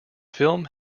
film